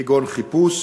כגון חיפש